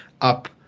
up